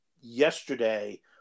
yesterday